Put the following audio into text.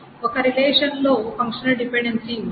ఒక రిలేషన్ లో functional dependency ఉంటే